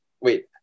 wait